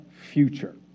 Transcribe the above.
future